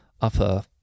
upper